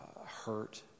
hurt